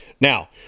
Now